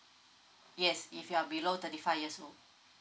yes if you're below thirty five years old